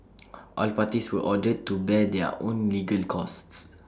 all parties were ordered to bear their own legal costs